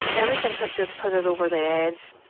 anything could just put it over the edge